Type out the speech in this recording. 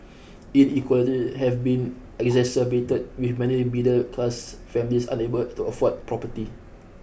inequalities have been exacerbated with many middle class families unable to afford property